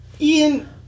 Ian